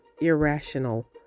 irrational